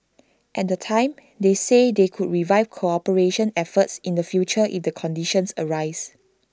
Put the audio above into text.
at the time they said they could revive cooperation efforts in the future if the conditions arise